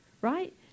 right